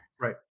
Right